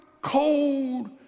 cold